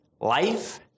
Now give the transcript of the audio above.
Life